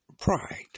Pride